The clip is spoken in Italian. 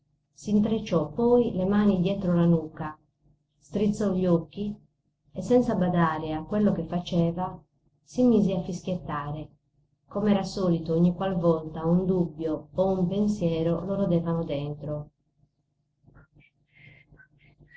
orazioni s'intrecciò poi le mani dietro la nuca strizzò gli occhi e senza badare a quello che faceva si mise a fischiettare com'era solito ogni qual volta un dubbio o un pensiero lo rodevano dentro